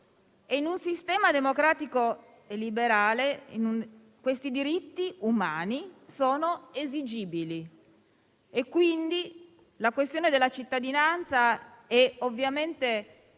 in un sistema democratico e liberale questi diritti umani sono esigibili. Pertanto, la questione della cittadinanza è collegata